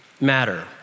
matter